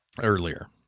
earlier